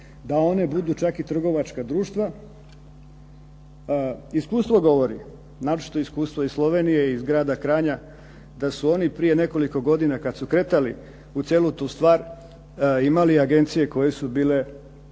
da one budu čak i trgovačka društva. Iskustvo govori, naročito iskustvo iz Slovenije iz grada Kranja, da su oni prije nekoliko godina kada su kretali u cijelu tu stvar imali agencije koje su bile